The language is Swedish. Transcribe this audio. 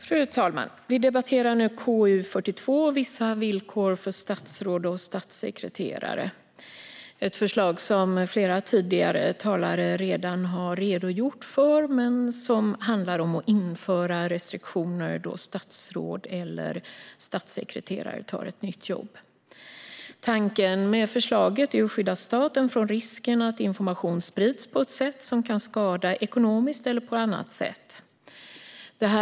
Fru talman! Vi debatterar nu KU42 Vissa villkor för statsråd och statssekreterare . Tidigare talare har redan redogjort för förslaget, som handlar om att införa restriktioner då statsråd eller statssekreterare tar ett nytt jobb. Tanken med förslaget är att skydda staten från risken att information sprids på ett sätt som kan skada ekonomiskt eller på annat sätt.